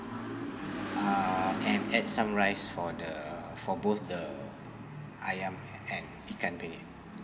uh and add some rice for the for both the ayam and ikan penyet